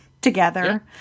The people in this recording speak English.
together